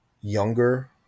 younger